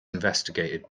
investigated